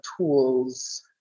tools